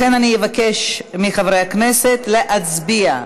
לכן אבקש מחברי הכנסת להצביע.